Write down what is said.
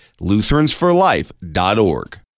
Lutheransforlife.org